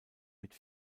mit